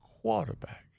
quarterback